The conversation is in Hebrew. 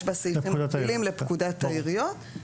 יש בה סעיפים מקבילים לפקודת העיריות.